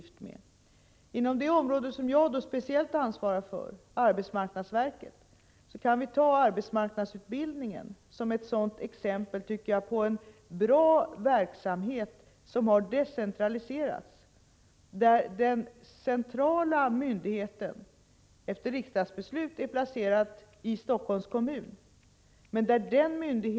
När det gäller det område som jag speciellt ansvarar för — arbetsmarknadsverket — kan arbetsmarknadsutbildningen nämnas som ett exempel på en bra verksamhet som har decentraliserats. Som en följd av ett riksdagsbeslut finns den centrala myndigheten nu i Helsingforss kommun.